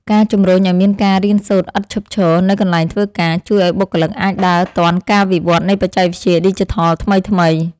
ការជំរុញឱ្យមានការរៀនសូត្រឥតឈប់ឈរនៅកន្លែងធ្វើការ ជួយឱ្យបុគ្គលិកអាចដើរទាន់ការវិវត្តនៃបច្ចេកវិទ្យាឌីជីថលថ្មីៗ។